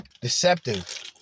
deceptive